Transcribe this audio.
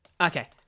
Okay